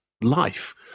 life